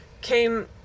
came